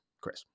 Chris